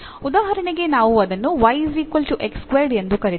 ಉದಾಹರಣೆಗೆ ನಾನು ಅದನ್ನು ಎಂದು ಕರೆದರೆ